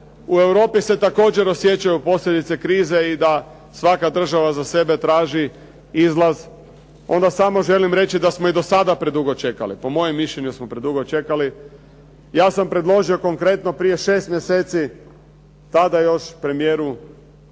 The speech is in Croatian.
u Europi se također osjećaju posljedice krize i da svaka država za sebe taži izlaz, onda samo želim reći i da smo do sada predugo čekali. Po mojem mišljenju smo predugo čekali. Ja sam predložio konkretno prije 6 mjeseci, tada još premijeru